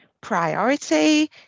priority